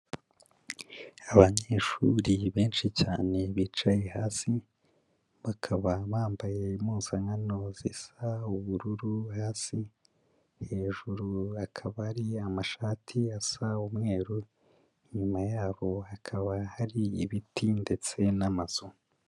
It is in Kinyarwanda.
Abanyeshuri benshi cyane bicaye hasi, bakaba bambaye impuzankano zisa, ubururu hasi, hejuru akaba ari amashati asa umweru, inyuma yabo hakaba hari ibiti ndetse n'amazu.